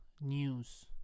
news